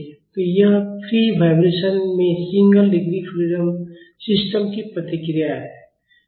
तो यह free vibration में सिंगल डिग्री फ्रीडम सिस्टम की प्रतिक्रिया है